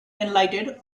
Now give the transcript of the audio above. enlightened